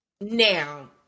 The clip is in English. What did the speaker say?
Now